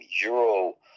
Euro